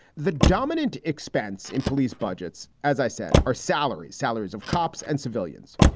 the dominant expense in police budgets, as i said, are salaries, salaries of cops and civilians.